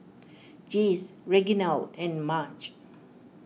Jase Reginald and Marge